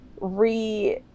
re